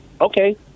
okay